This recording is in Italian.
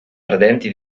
ardenti